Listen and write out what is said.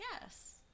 Yes